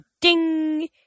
ding